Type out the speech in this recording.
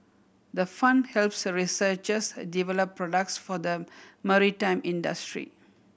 the fund helps researchers develop products for the maritime industry